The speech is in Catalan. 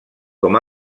com